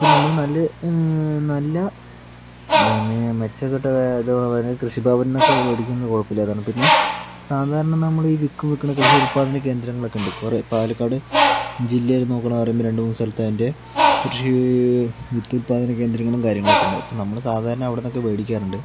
ഇപ്പോൾ നമ്മള് നല്ല നല്ല മെച്ചപ്പെട്ടത് കൃഷിഭവനിൽ നിന്നൊക്കെ മേടിക്കുന്നത് കുഴപ്പമില്ലാത്തതാണ് പിന്നെ സാധാരണ നമ്മള് വിത്ത് വിൽക്കുന്ന കൃഷി ഉൽപാദന കേന്ദ്രങ്ങൾ ഒക്കെയുണ്ട് കുറേ പാലക്കാട് ജില്ലയിൽ നോക്കണ പറയുമ്പോൾ രണ്ടു മൂന്നു സ്ഥലത്ത് അതിൻ്റെ കൃഷി വിത്ത് ഉൽപാദന കേന്ദ്രങ്ങളും കാര്യങ്ങളൊക്കെ ഉണ്ട് അപ്പോൾ നമ്മള് സാധാരണ അവിടുന്നൊക്കെ മേടിക്കാറുണ്ട്